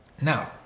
now